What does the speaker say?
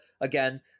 Again